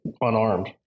unarmed